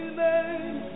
name